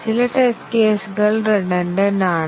ചില ടെസ്റ്റ് കേസുകൾ റിഡൻഡെന്റ് ആണ്